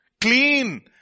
Clean